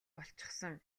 болчихсон